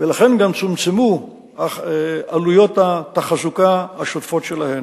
ולכן גם צומצמו עלויות התחזוקה השוטפות שלהן.